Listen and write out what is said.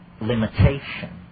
limitation